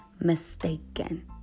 mistaken